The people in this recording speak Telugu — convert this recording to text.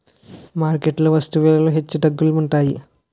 మార్కెట్ లో వస్తు విలువలు హెచ్చుతగ్గులు ఉంటాయి